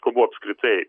kalbu apskritai